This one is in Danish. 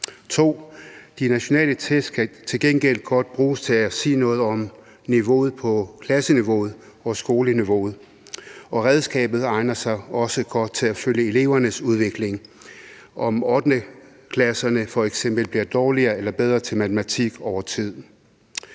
2) De nationale test kan til gengæld godt bruges til at sige noget om niveauet på klasseniveau og skoleniveau, og redskabet egner sig også godt til at følge elevernes udvikling, f.eks. om 8. klasserne bliver dårligere eller bedre til matematik over tid.